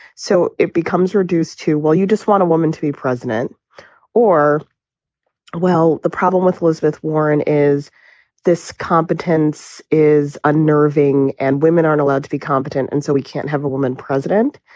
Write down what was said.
so it becomes reduced to, well, you just want a woman to be president or well, the problem with elizabeth warren is this competence is unnerving and women aren't allowed to be competent. and so we can't have a woman president.